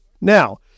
now